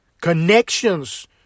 connections